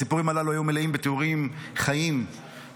הסיפורים הללו היו מלאים בתיאורים חיים של